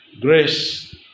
Grace